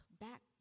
back